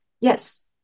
Yes